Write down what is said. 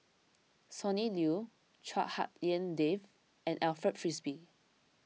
Sonny Liew Chua Hak Lien Dave and Alfred Frisby